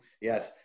yes